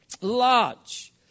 large